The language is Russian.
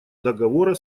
договора